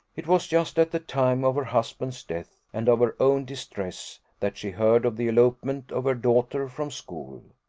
it was just at the time of her husband's death, and of her own distress, that she heard of the elopement of her daughter from school.